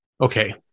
okay